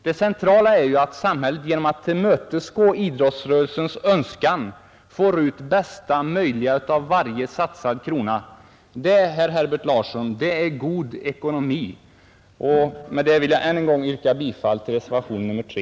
Det centrala är ju att samhället genom att tillmötesgå idrottsrörelsens önskan får ut bästa möjliga av varje satsad krona. Det är, Herbert Larsson, god ekonomi. Med detta vill jag än en gång yrka bifall till reservationen 3.